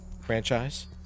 franchise